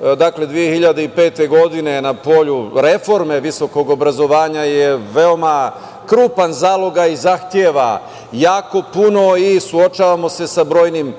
2005. godine na polju reforme viskog obrazovanja je veoma krupan zalogaj, zahteva jako puno i suočavamo se sa brojnim